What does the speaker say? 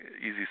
easy